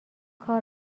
کار